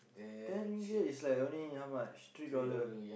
ten ringgit is like only how much three dollar